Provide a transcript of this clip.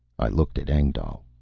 i looked at engdahl.